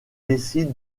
décide